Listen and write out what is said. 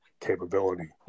capability